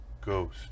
ghost